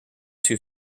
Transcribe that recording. two